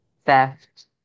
Theft